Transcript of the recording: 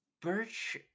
Birch